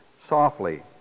softly